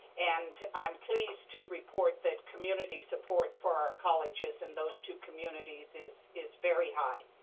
and i'm pleased to report that community support for our colleges in those two communities is is very high.